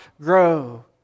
grow